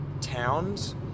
towns